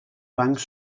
bancs